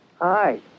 Hi